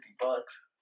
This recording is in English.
bucks